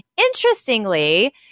interestingly